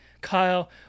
Kyle